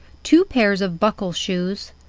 two pairs of buckle shoes,